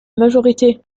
majorité